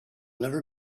never